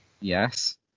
yes